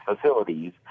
facilities